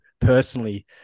personally